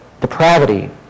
Depravity